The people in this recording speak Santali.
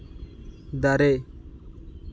ᱫᱟᱨᱮ